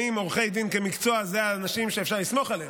האם עורכי דין כמקצוע הם אנשים שאפשר לסמוך עליהם?